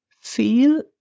feel